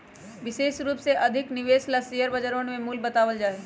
विशेष रूप से अधिक निवेश ला शेयर बजरवन में मूल्य बतावल जा हई